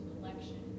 election